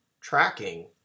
tracking